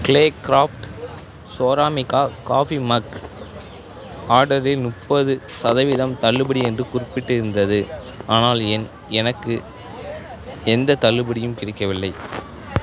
clay craft சோராமிக்கா coffee mug ஆர்டரில் முப்பது சதவீதம் தள்ளுபடி என்று குறிப்பிட்டிருந்தது ஆனால் ஏன் எனக்கு எந்தத் தள்ளுபடியும் கிடைக்கவில்லை